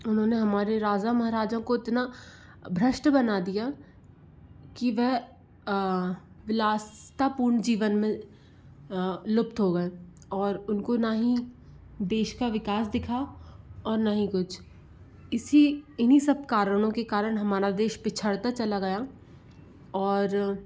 उन्होंने हमारे राजा महराजाओं को इतना भ्रष्ट बना दिया कि वह विलसतापूर्ण जीवन मे लुप्त हो गए और उनको ना ही देश का विकास दिखा और ना ही कुछ इसी इन्हीं सब कारणों के कारण हमारा देश पिछरता चला गया और